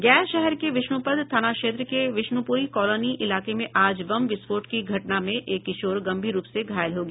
गया शहर के विष्णुपद थाना क्षेत्र के विष्णुपुरी कॉलोनी इलाके में आज बम विस्फोट की घटना में एक किशोर गंभीर रूप से घायल हो गया